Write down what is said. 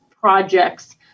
projects